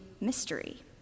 mystery